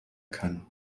kann